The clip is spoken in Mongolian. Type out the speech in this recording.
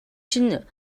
чинь